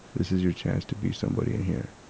this is your chance to be somebody in here.